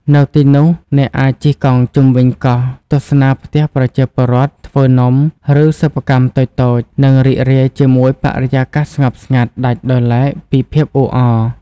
នៅទីនោះ អ្នកអាចជិះកង់ជុំវិញកោះ ទស្សនាផ្ទះប្រជាពលរដ្ឋធ្វើនំ ឬសិប្បកម្មតូចៗ និងរីករាយជាមួយបរិយាកាសស្ងប់ស្ងាត់ដាច់ដោយឡែកពីភាពអ៊ូអរ។